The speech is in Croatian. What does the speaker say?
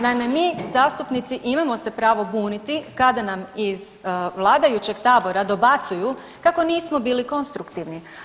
Naime, mi zastupnici imamo se pravo buniti kada nam iz vladajućeg tabora dobacuju kako nismo bili konstruktivni.